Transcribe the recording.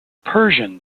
persian